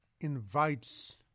invites